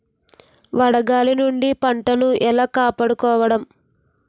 వడగాలి నుండి పంటను ఏలా కాపాడుకోవడం?